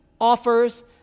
offers